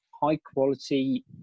high-quality